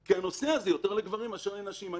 כי הנושא הזה הוא יותר לגברים מאשר לנשים.